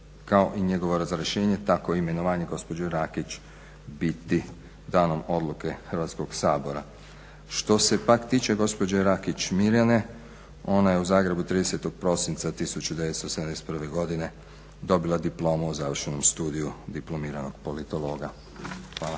kao i njegovo razrješenje tako i imenovanje gospođe Rakić biti danom odluke Hrvatskoga sabora. Što se pak tiče gospođe Rakić Mirjane ona je u Zagrebu 30. prosinca 1971. godine dobila diplomu o završenom studiju diplomiranog politologa. Hvala.